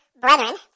brethren